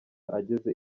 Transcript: ageze